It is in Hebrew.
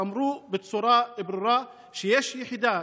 ואמרו בצורה ברורה שיש יחידה